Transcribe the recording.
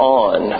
on